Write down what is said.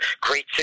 great